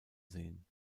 sehen